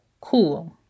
cool